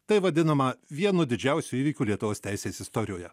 tai vadinama vienu didžiausių įvykių lietuvos teisės istorijoje